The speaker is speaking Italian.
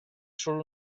solo